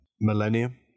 Millennium